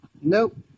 Nope